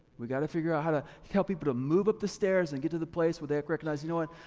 we gotta figure out how to help people to move up the stairs and get to the place where they recognize you know what?